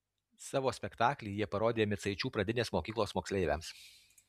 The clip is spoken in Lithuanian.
savo spektaklį jie parodė micaičių pradinės mokyklos moksleiviams